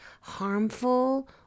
harmful